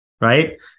Right